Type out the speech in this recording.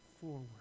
forward